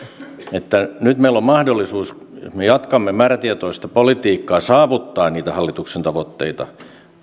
että nyt meillä on mahdollisuus me jatkamme määrätietoista politiikkaa saavuttaen hallituksen tavoitteita